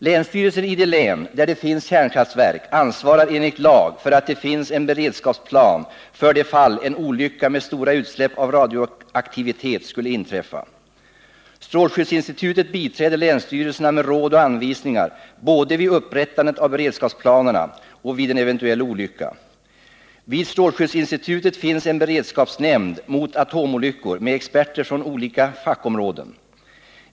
Länsstyrelsen i det län där det finns kärnkraftverk ansvarar enligt lag för att det finns en beredskapsplan för det fall en olycka med stora utsläpp av radioaktivitet skulle inträffa. Strålskyddsinstitutet biträder länsstyrelserna med råd och anvisningar både vid upprättandet av beredskapsplanerna och vid en eventuell olycka. Vid strålskyddsinstitutet finns en beredskapsnämnd mot atomolyckor med experter från olika fackområden.